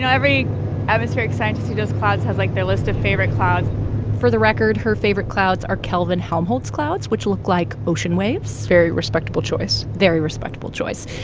yeah every atmospheric scientist who does clouds has, like, their list of favorite clouds for the record, her favorite clouds are kelvin-helmholtz clouds, which look like ocean waves very respectable choice very respectable choice.